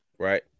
right